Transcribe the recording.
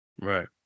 right